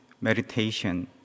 meditation